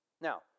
Now